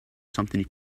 something